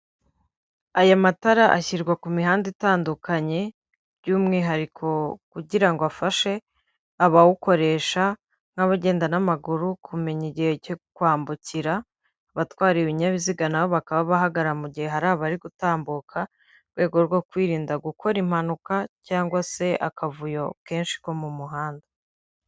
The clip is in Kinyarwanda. Aya matara ashyirwa ku mihanda itandukanye, by'umwihariko kugira ngo afashe abawukoresha nk'abagenda n'amaguru, kumenya igihe cyo kwambukira, abatwara ibinyabiziga na bo bakaba bahagarara mu gihe hari abari gutambuka, mu rwego rwo kwirinda gukora impanuka cyangwag se akavuyo kenshi ko mu muhanda.